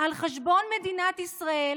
על חשבון מדינת ישראל